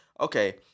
Okay